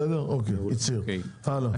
בסדר, הוא הצהיר, הלאה.